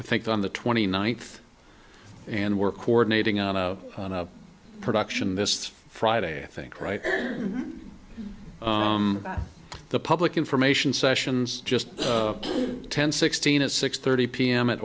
i think on the twenty ninth and we're coordinating on a production this friday i think right now the public information sessions just ten sixteen at six thirty pm at